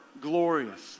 glorious